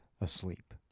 asleep